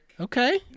Okay